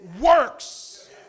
works